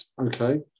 okay